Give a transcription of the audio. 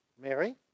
Mary